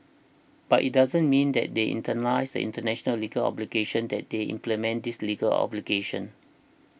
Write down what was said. but it doesn't mean that they internalise the international legal obligations that they implement these legal obligations